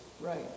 Right